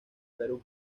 perú